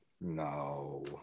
no